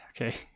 Okay